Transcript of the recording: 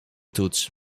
toets